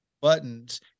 buttons